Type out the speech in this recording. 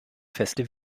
feste